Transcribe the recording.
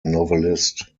novelist